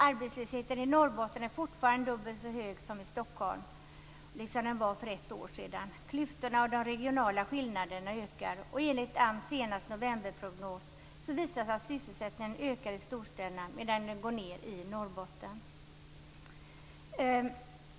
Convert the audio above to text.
Arbetslösheten i Norrbotten är fortfarande dubbelt så stor som i Stockholm, liksom den var för ett år sedan. Klyftorna och de regionala skillnaderna ökar. Enligt AMS senaste novemberprognos ökar sysselsättningen i storstäderna medan den minskar i Norrbotten.